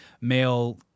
male